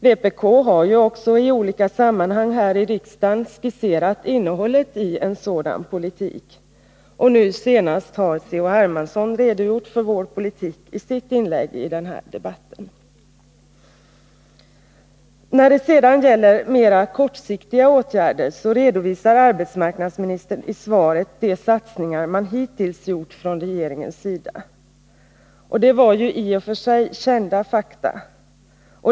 Vpk har också i olika sammanhang här i riksdagen skisserat innehållet i en sådan politik, och nu senast har Carl-Henrik Hermansson redogjort för vår politik i sitt inlägg i denna debatt. När det sedan gäller mera kortsiktiga åtgärder redovisar arbetsmarknadsministern i svaret de satsningar man hittills gjort från regeringens sida. Och det var i och för sig kända fakta.